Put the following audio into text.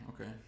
okay